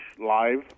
live